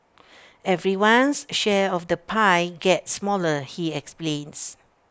everyone's share of the pie gets smaller he explains